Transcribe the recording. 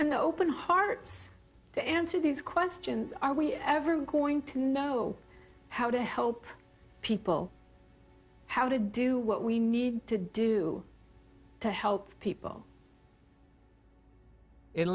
and open heart to answer these questions are we ever going to know how to help people how to do what we need to do to help people in